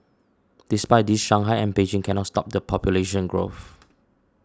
despite this Shanghai and Beijing cannot stop the population growth